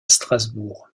strasbourg